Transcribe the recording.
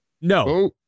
No